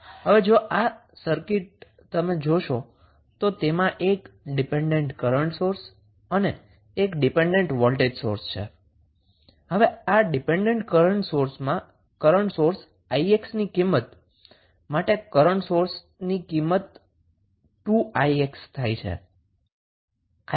હવે જો આ સર્કિંટ તમે જોશો તો તેમાં એક ડિપેન્ડન્ટ કરન્ટ સોર્સ અને એક dependent voltage source dependent current source 𝑖𝑥 current source 2𝑖𝑥 ની કિંમત છે